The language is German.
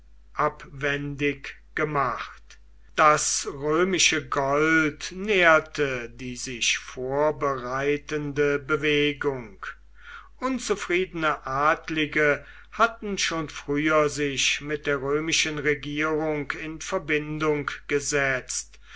abwendig gemacht das römische gold nährte die sich vorbereitende bewegung unzufriedene adlige hatten schon früher sich mit der römischen regierung in verbindung gesetzt